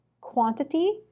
quantity